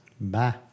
Bye